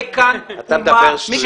אתה מדבר שטויות.